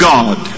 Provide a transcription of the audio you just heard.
God